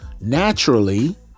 naturally